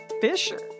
Fisher